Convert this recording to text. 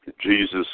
Jesus